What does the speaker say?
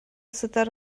сытар